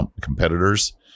competitors